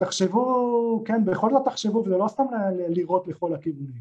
‫תחשבו, כן, בכל זאת תחשבו, ‫ולא סתם לירות לכל הכיוונים.